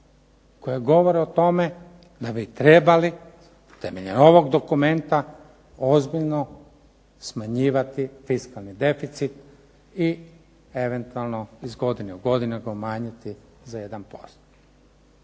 koja govore o tome da bi trebali temeljem ovog dokumenta ozbiljno smanjivati fiskalni deficit i eventualno iz godine u godinu ga umanjiti za 1%.